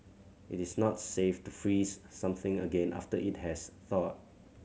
it is not safe to freeze something again after it has thawed